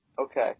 Okay